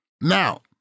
Now